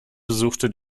besuchte